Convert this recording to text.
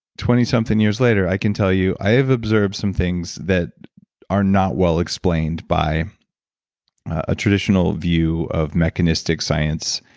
twenty something years later, i can tell you i have observed some things that are not well explained by a traditional view of mechanistic science.